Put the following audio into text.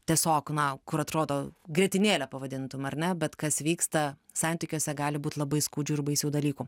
tiesiog na kur atrodo grietinėle pavadintum ar ne bet kas vyksta santykiuose gali būt labai skaudžių ir baisių dalykų